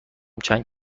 چند